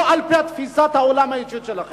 לא על-פי תפיסת העולם האישית שלכם.